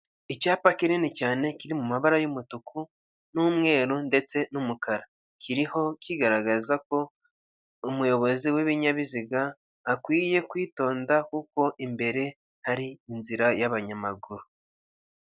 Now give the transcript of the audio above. Icyapa kinini cyane kiri mu mabara y'umutuku n'umweru ndetse n'umukara, kiriho kigaragaza ko umuyobozi w'ibinyabiziga akwiye kwitonda kuko imbere hari inzira y'abanyamaguru.